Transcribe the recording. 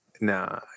No